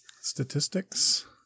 Statistics